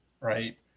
right